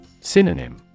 Synonym